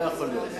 לא יכול להיות.